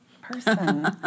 Person